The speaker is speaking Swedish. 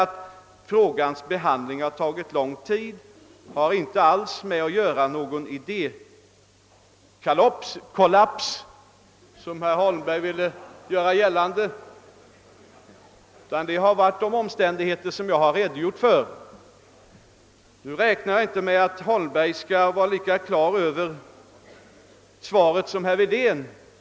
Att frågans behandling har tagit lång tid har inte alls att göra med någon idékollaps, som herr Holmberg ville göra gällande, utan har berott på de omständigheter som jag här har redogjort för. Nu räknar jag inte med att herr Holmberg skall vara lika på det klara med mitt svar som herr Wedén är.